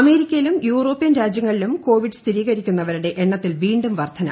അമേരിക്കയിലും യൂറോപ്യൻ രാജ്യങ്ങളിലും കോവിഡ് സ്ഥിരീകരിക്കുന്നവരുടെ എണ്ണത്തിൽ വീണ്ടും വർധന